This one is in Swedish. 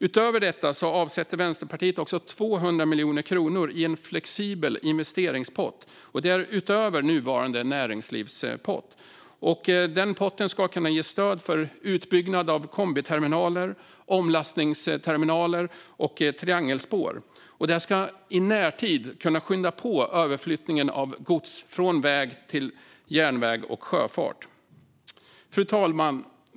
Utöver detta avsätter Vänsterpartiet 200 miljoner kronor i en flexibel investeringspott. Detta är utöver nuvarande näringslivspott. Den potten ska kunna ge stöd för utbyggnad av kombiterminaler, omlastningsterminaler och triangelspår. Detta ska i närtid kunna skynda på överflyttningen av gods från väg till järnväg och sjöfart. Fru talman!